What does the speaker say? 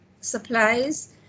supplies